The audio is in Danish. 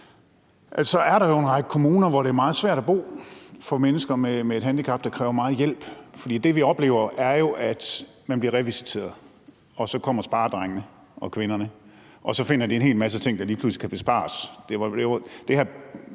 så er en række kommuner, hvor det er meget svært at bo for mennesker med et handicap, der kræver meget hjælp, for det, vi oplever, er jo, at man bliver revisiteret, og så kommer sparedrengene og -kvinderne, og så finder de en hel masse ting, der lige